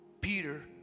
Peter